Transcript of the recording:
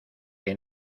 que